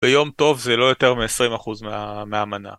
ביום טוב זה לא יותר מ-20% מהמנה.